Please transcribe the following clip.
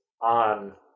on